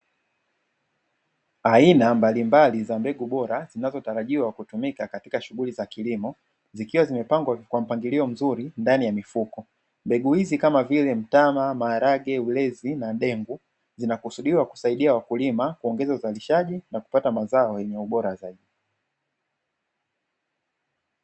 Aina mbalimbali za mbegu bora zinazotarajiwa kutumika katika shughuli za kilimo zikiwa zimepangwa kwa mpangilio mzuri ndani ya mifuko, mbegu hizi kama vile mtama, maharage, ulezi na dengu, zinakusudiwa kusaidia wakulima kuongeza uzalishaji na kupata mazao yenye ubora zaidi.